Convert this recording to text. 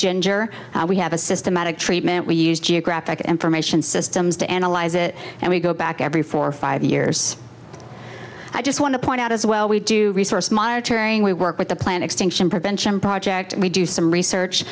ginger we have a systematic treatment we use geographic information systems to analyze it and we go back every four or five years i just want to point out as well we do resource monitoring we work with the plant extinction prevention project and we do some research